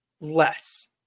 less